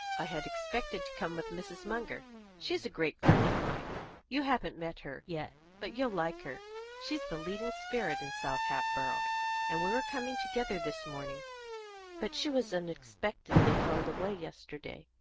i had expected to come with mrs. munger she's a great friend of mine you haven't met her yet, but you'll like her she's the leading spirit in south hatboro' and we were coming together this morning but she was unexpectedly called away yesterday,